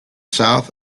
south